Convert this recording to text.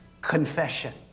confession